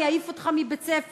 אני אעיף אותך מבית-הספר,